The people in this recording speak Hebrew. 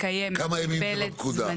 הקיימת --- כמה ימים יש בפקודה?